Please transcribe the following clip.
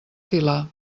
filar